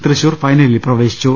തൃശൂർ ഫൈനലിൽ പ്രവേശിച്ചു